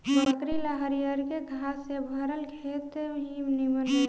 बकरी ला हरियरके घास से भरल खेत ही निमन रहेला